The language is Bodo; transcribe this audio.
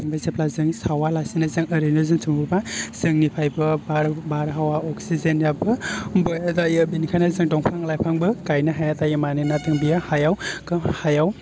जेब्ला जों सावा लासिनो जों ओरैनो दोनथुमोबा जोंनिफायबो बारहावा अक्सिजेनआबो बया जायो बेनिखायनो जों दंफां लाइफांबो गायनो हाया मानोना जों बेयो हायाव हायाव